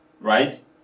right